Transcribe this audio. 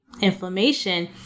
inflammation